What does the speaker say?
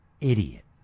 idiot